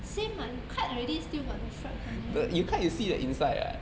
same lah you cut already still got the stripes on it mah